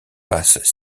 passes